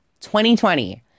2020